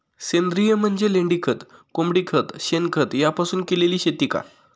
सेंद्रिय म्हणजे लेंडीखत, कोंबडीखत, शेणखत यापासून केलेली शेती का?